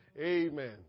Amen